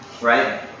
right